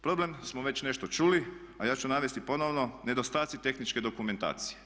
Problem smo već nešto čuli, a ja ću navesti ponovno, nedostaci tehničke dokumentacije.